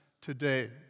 today